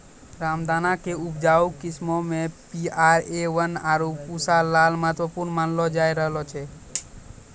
रामदाना के उपजाऊ किस्मो मे पी.आर.ए वन, आरु पूसा लाल महत्वपूर्ण मानलो जाय रहलो छै